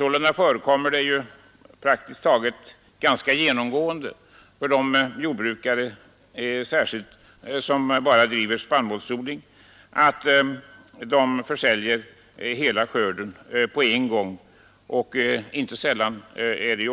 Sålunda förekommer det ju praktiskt taget genomgående att jordbrukare som enbart bedriver spannmålsodling försäljer hela skörden på en gång och inte sällan sedan